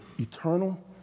eternal